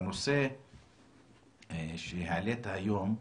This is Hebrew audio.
בנושא שהעלית היום,